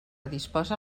disposa